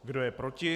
Kdo je proti?